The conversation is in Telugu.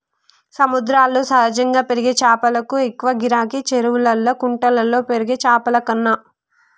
సముద్రాల్లో సహజంగా పెరిగే చాపలకు ఎక్కువ గిరాకీ, చెరువుల్లా కుంటల్లో పెరిగే చాపలకన్నా